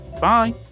Bye